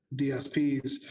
DSPs